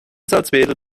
salzwedel